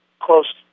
close